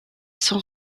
son